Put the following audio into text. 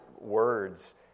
words